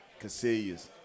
Casillas